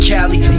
Cali